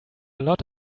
lot